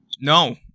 no